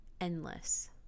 endless